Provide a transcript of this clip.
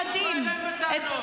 יימח שמם וזכרם, זה הם אשמים.